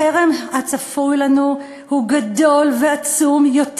החרם הצפוי לנו הוא גדול ועצום יותר